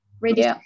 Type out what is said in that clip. ready